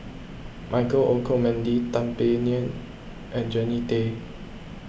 Michael Olcomendy Tan Paey Fern and Jannie Tay